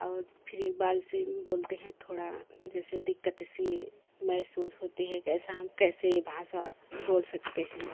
और फिर एक बार जैसे बोलते हैं थोड़ा जैसे दिक्कत से महसूस होती है एक ऐसा हम कैसे भाषा बोल सकते हैं